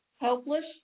helpless